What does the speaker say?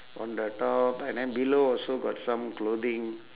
on the top and then below also got some clothing